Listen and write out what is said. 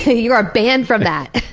you are banned from that.